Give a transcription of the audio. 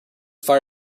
fire